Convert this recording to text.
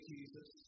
Jesus